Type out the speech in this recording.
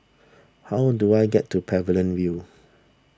how do I get to Pavilion View